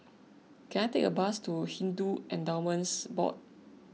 can I take a bus to Hindu Endowments Board